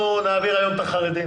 נעביר היום את החרדים